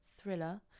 Thriller